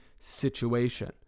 situation